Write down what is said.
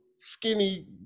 skinny